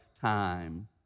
time